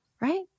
right